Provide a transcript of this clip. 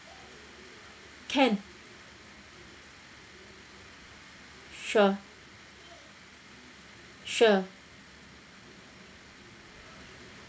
can sure sure